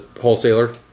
wholesaler